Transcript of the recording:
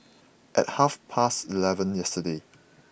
at half past eleven yesterday